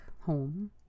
home